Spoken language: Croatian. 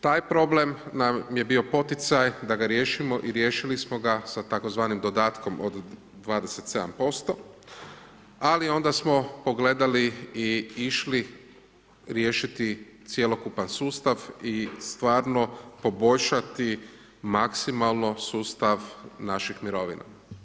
Taj problem nam je bio poticaj da ga riješimo i riješili smo ga sa tzv. dodatkom od 27%, ali onda smo pogledali i išli riješiti cjelokupan sustav i stvarno poboljšati maksimalno sustav naših mirovina.